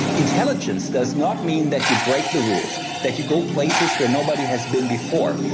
intelligence does not mean that you break the rules, that you go places where nobody has been before,